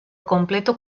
completo